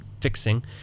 fixing